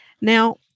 Now